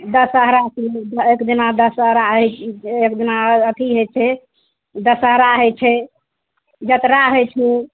दशहरा सेहो एक दिना दशहरा हइ एक दिना अथि हइ छै दशहरा हइ छै जतरा हइ छै